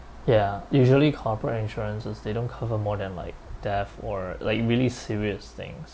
ya usually cooperate insurances they don't cover more than like death or like really serious things